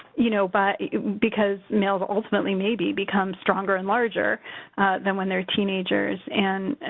you know, but because males, ultimately, maybe become stronger and larger than when they're teenagers. and